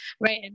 Right